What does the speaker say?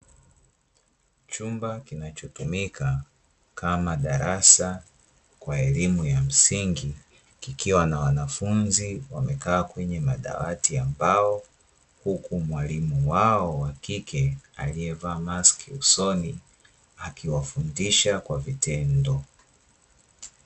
Chumba kinachotumika kama darasa kwa elimu ya msingi, kikiwa na wanafunzi wamekaa kwenye madawati ya mbao, huku mwalimu wao wa kike aliyevaa maski usoni, akiwafundisha kwa vitendo.